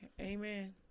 Amen